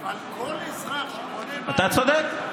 אבל כל אזרח שקונה בית, נכון, אתה צודק.